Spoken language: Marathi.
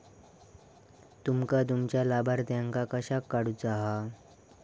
तुमका तुमच्या लाभार्थ्यांका कशाक काढुचा हा?